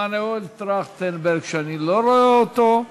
מנואל טרכטנברג, שאני לא רואה אותו,